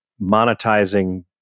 monetizing